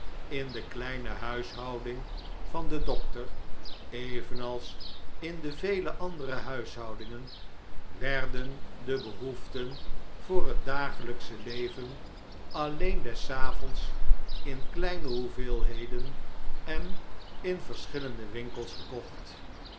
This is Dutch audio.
in de kleine huishouding van den dokter evenals in vele andere huishoudingen werden de behoeften voor het dagelyksche leven alleen des avonds in kleine hoeveelheden en in verschillende winkels gekocht